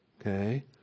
okay